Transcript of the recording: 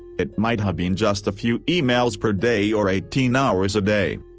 it might have been just a few emails per day or eighteen hours a day.